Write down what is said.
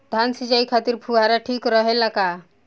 धान सिंचाई खातिर फुहारा ठीक रहे ला का?